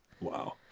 Wow